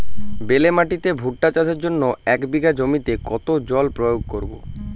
বেলে মাটিতে ভুট্টা চাষের জন্য এক বিঘা জমিতে কতো জল প্রয়োগ করব?